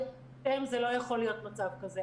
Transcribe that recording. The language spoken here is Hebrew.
לא יכול להיות מצב כזה.